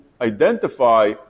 identify